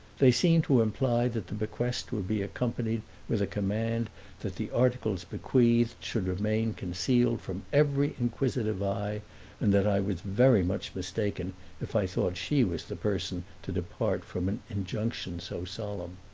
they seemed to imply that the bequest would be accompanied with a command that the articles bequeathed should remain concealed from every inquisitive eye and that i was very much mistaken if i thought she was the person to depart from an injunction so solemn.